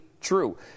true